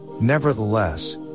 nevertheless